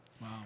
Wow